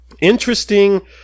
interesting